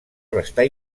restar